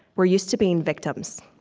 we're used to being victims.